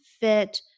fit